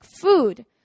food